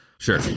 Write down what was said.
sure